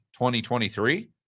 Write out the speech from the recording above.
2023